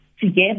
together